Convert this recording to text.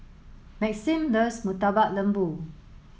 Maxim loves Murtabak Lembu